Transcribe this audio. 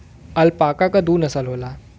alpaca क दू नसल होला